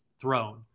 throne